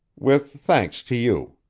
with thanks to you.